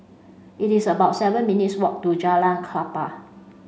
it is about seven minutes' walk to Jalan Klapa